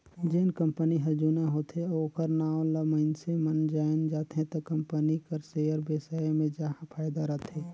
जेन कंपनी हर जुना होथे अउ ओखर नांव ल मइनसे मन जाएन जाथे त कंपनी कर सेयर बेसाए मे जाहा फायदा रथे